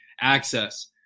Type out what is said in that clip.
access